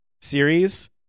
series